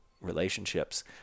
relationships